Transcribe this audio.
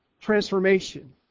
transformation